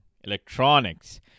electronics